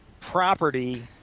Property